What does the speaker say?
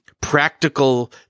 practical